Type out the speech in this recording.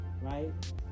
right